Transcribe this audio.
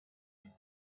دهیم